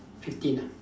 fifteen ah